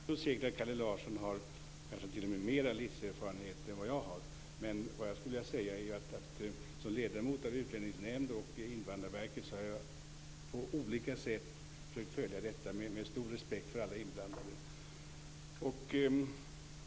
Fru talman! Jag tror säkert att Kalle Larsson kanske t.o.m. har mera livserfarenhet än vad jag har, men jag skulle vilja säga att som ledamot av Utlänningsnämnden och Invandrarverket har jag på olika sätt försökt följa detta med stor respekt för alla inblandade.